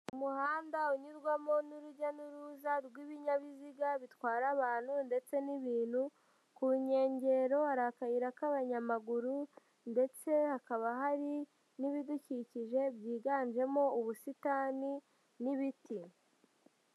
Umuhanda unyurwamo n'urujya n'uruza rw'ibinyabiziga bitwara abantu ndetse n'ibintu, ku nkengero hari akayira k'abanyamaguru ndetse hakaba hari n'ibidukikije byiganjemo ubusitani n'ibiti.